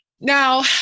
Now